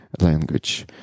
language